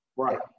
Right